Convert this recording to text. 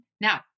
Now